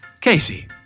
Casey